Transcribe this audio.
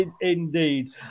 indeed